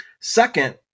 Second